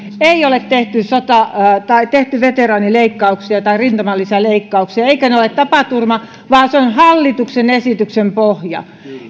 ei ole tehty veteraanileikkauksia tai rintamalisäleikkauksia eivätkä ne ole tapaturma vaan se on hallituksen esityksen pohja